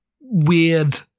weird